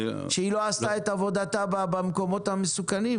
כשהיא לא עשתה את עבודתה במקומות המסוכנים.